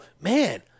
man